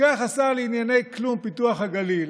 לוקח השר לענייני כלום פיתוח הגליל